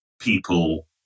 people